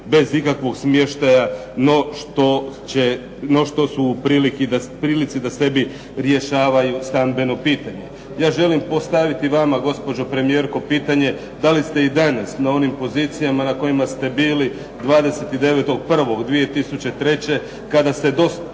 bez ikakvog smještaja no što su u prilici da sebi rješavaju stambeno pitanje. Ja želim postaviti vama gospođo premijerko pitanje da li ste i danas na onim pozicijama na kojima ste bili 29.1.2003. kada ste doslovce